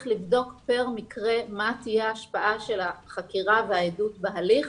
לבדוק פר מקרה מה תהיה ההשפעה של החקירה והעדות בהליך,